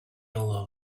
alone